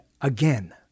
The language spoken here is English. again